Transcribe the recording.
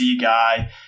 guy